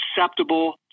Acceptable